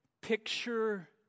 Picture